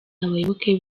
abayoboke